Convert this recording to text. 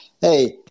Hey